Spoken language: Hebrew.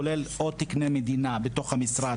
כולל עוד תקני מדינה בתוך המשרד,